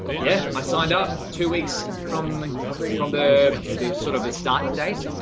yeah, i signed up two weeks from from the the sort of the start date.